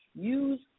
Use